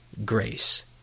Grace